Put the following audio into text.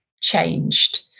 changed